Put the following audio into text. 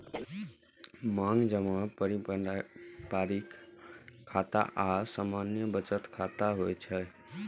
मांग जमा पारंपरिक खाता आ सामान्य बचत खाता होइ छै